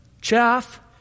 chaff